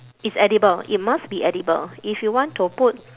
it's edible it must be edible if you want to put